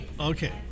Okay